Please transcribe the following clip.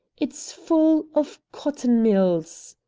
it's full of cotton mills.